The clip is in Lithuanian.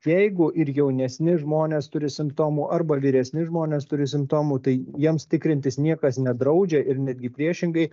jeigu ir jaunesni žmonės turi simptomų arba vyresni žmonės turi simptomų tai jiems tikrintis niekas nedraudžia ir netgi priešingai